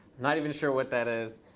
not even sure what that is.